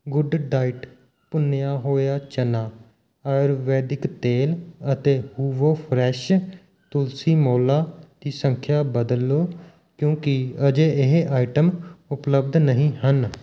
ਗੁੱਡਡਾਈਟ ਭੁੰਨਿਆ ਹੋਇਆ ਚਨਾ ਆਯੁਰਵੈਦਿਕ ਤੇਲ ਅਤੇ ਹੂਵੋ ਫਰੈਸ਼ ਤੁਲਸੀ ਮੋਲਾ ਦੀ ਸੰਖਿਆ ਬਦਲ ਲਉ ਕਿਉਂਕਿ ਅਜੇ ਇਹ ਆਈਟਮ ਉਪਲੱਬਧ ਨਹੀਂ ਹਨ